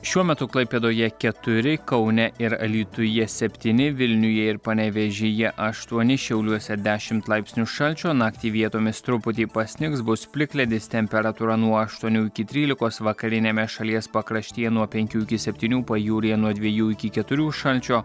šiuo metu klaipėdoje keturi kaune ir alytuje septyni vilniuje ir panevėžyje aštuoni šiauliuose dešimt laipsnių šalčio naktį vietomis truputį pasnigs bus plikledis temperatūra nuo aštuonių iki trylikos vakariniame šalies pakraštyje nuo penkių iki septynių pajūryje nuo dviejų iki keturių šalčio